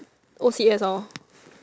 O_C_S lor